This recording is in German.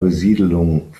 besiedelung